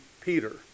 Peter